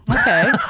Okay